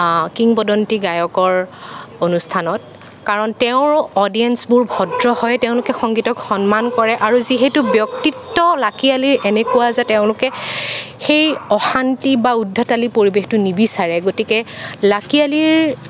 কিংবদন্তি গায়কৰ অনুষ্ঠানত কাৰণ তেওঁৰ অদিয়েঞ্চবোৰ ভদ্ৰ হয় তেওঁলোকে সংগীতক সন্মান কৰে আৰু যিহেতু ব্যক্তিত্ব লাকী আলিৰ এনেকুৱা যে তেওঁলোকে সেই অশান্তি বা উদ্ধতালি পৰিৱেশটো নিবিচাৰে গতিকে লাকী আলিৰ